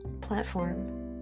platform